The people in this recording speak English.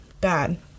bad